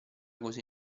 così